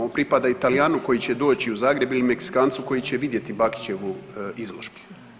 On pripada i Talijanu koji će doći u Zagreb ili Meksikancu koji će vidjeti Bakićevu izložbu.